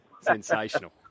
Sensational